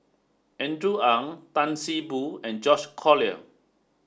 Andrew Ang Tan See Boo and George Collyer